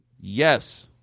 Yes